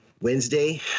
Wednesday